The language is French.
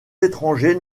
étrangers